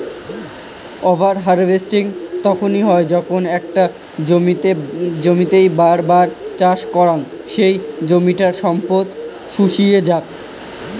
over harvesting তখন হই যখন একটা জমিতেই বার বার চাষ করাং সেই জমিটার সব সম্পদ শুষিয়ে যাক